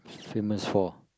famous for